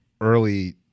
early